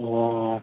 ꯑꯣ